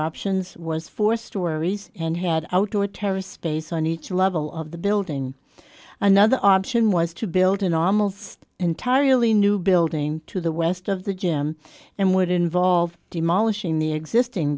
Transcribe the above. options was for stories and had outdoor terrorist space on each level of the building another option was to build an almost entirely new building to the west of the gym and would involve demolishing the existing